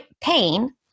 pain